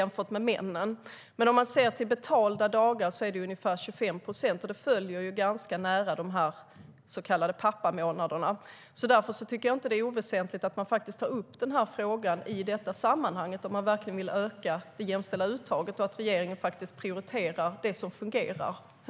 Men om man ser till betalda dagar tar alltså männen ut ungefär 25 procent. Det följer ganska nära de så kallade pappamånaderna.